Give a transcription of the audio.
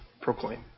proclaim